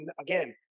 again